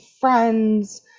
friends